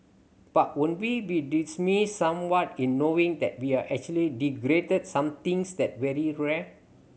but would we be somewhat in knowing that we're actually degraded somethings that very rare